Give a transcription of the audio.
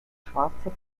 schwarze